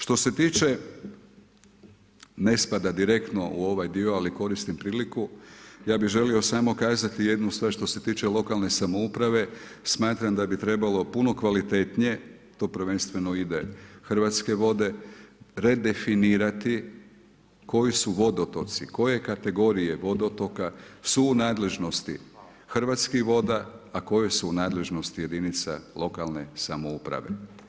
Što se tiče ne spada direktno u ovaj dio, ali koristim priliku, ja bih želio samo kazati jednu stvar što se tiče lokalne samouprave, smatram da bi trebalo puno kvalitetnije, to prvenstveno ide Hrvatske vode, redefinirati koji su vodotoci, koje kategorije vodotoka su u nadležnosti Hrvatskih voda, a koje su u nadležnosti jedinica lokalne samouprave.